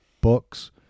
books